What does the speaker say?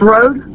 Road